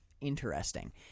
interesting